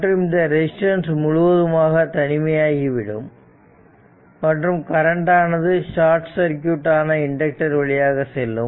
மற்றும் இந்த ரெசிஸ்டன்ஸ் முழுவதுமாக தனிமையாகி விடும் மற்றும் கரண்ட் ஆனது ஷார்ட் சர்க்யூட் ஆன இண்டக்டர் வழியாக செல்லும்